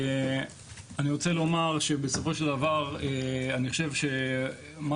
אני רוצה לומר שבסופו של דבר אני חושב שמה